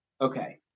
okay